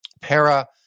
para